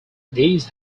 these